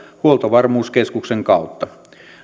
huoltovarmuuskeskuksen kautta